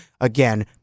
again